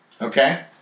okay